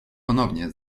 ponownie